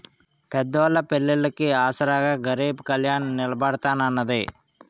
పేదోళ్ళ పెళ్లిళ్లికి ఆసరాగా గరీబ్ కళ్యాణ్ నిలబడతాన్నది